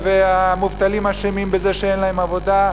והמובטלים אשמים בזה שאין להם עבודה,